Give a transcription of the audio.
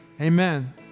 Amen